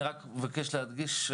אני רק מבקש להדגיש,